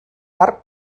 parc